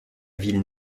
ville